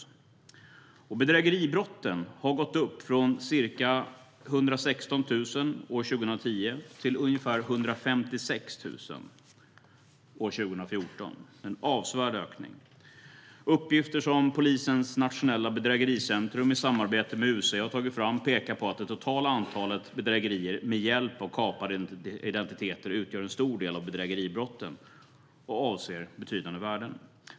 Antalet bedrägeribrott har ökat från ca 116 000 år 2010 till ungefär 156 000 år 2014 - en avsevärd ökning. Uppgifter som Polisens nationella bedrägericentrum i samarbete med UC tagit fram pekar på att det totala antalet bedrägerier med hjälp av kapade identiteter utgör en stor del av bedrägeribrotten och avser betydande värden.